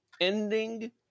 ending